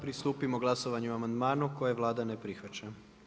Pristupimo glasanju o amandmanu kojeg Vlada ne prihvaća.